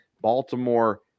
Baltimore